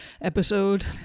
episode